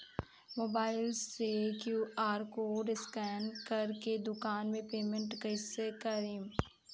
Mobile से QR code scan कर के दुकान मे पेमेंट कईसे करेम?